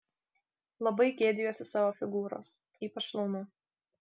labai gėdijuosi savo figūros ypač šlaunų